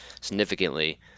significantly